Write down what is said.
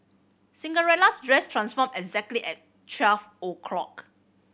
Cinderella's dress transformed exactly at twelve o'clock